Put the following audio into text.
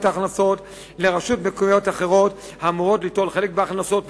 ההכנסות לרשויות מקומיות אחרות האמורות ליטול חלק בהכנסות.